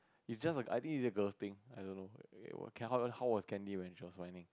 is just like I think is a girls thing I don't know how how was Candy when she was whining